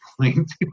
point